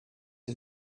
are